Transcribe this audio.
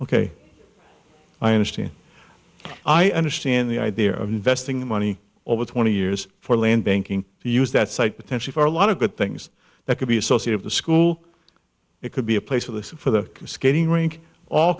ok i understand i understand the idea of investing the money over twenty years for land banking use that site potentially for a lot of good things that could be associate of the school it could be a place of this for the skating rink all